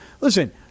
listen